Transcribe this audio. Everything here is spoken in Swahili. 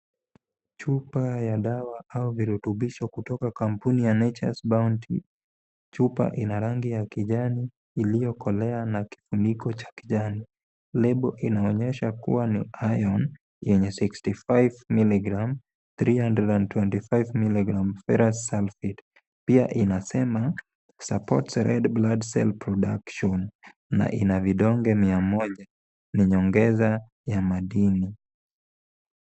Chupa ya dawa au virutubisho kutoka kampuni ya Nature's Bounty. Chupa ina rangi ya kijani, iliyokolea na kifuniko cha kijani, label inaonyesha kuwa ni Ion yenye 65mg, 325mg , Ferrous sulfate pia inasema support a red blood cell production , na ina vidonge mia moja na nyongeza ya madini.